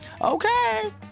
Okay